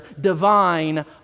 divine